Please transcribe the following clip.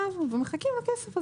ומחכים לכסף הזה.